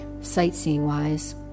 sightseeing-wise